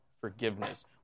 forgiveness